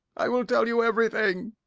i will tell you everything,